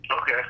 Okay